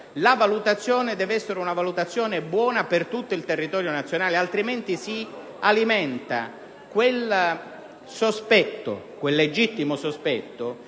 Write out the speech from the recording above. la valutazione deve essere valida per tutto il territorio nazionale, altrimenti si alimenta il legittimo sospetto